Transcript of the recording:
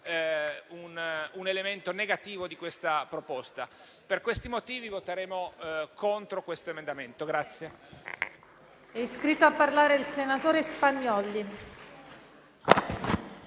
un elemento negativo della proposta e, per questi motivi, voteremo contro questo emendamento.